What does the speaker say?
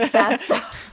that's so